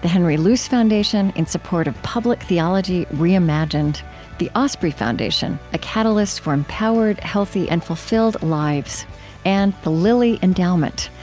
the henry luce foundation, in support of public theology reimagined the osprey foundation a catalyst for empowered, healthy, and fulfilled lives and the lilly endowment,